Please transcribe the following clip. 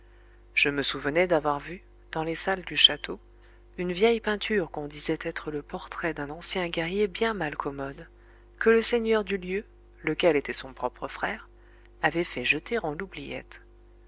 je me souvenais d'avoir vu dans les salles du château une vieille peinture qu'on disait être le portrait d'un ancien guerrier bien mal commode que le seigneur du lieu lequel était son propre frère avait fait jeter en l'oubliette